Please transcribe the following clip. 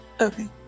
Okay